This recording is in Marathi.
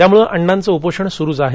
त्यामुळे अण्णांचे उपोषण सुरूच आहे